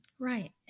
Right